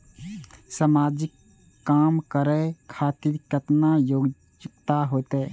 समाजिक काम करें खातिर केतना योग्यता होते?